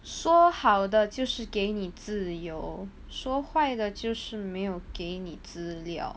说好的就是给你自由说坏的就是没有给你资料